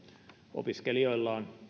opiskelijoilla on